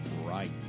right